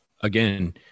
again